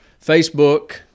Facebook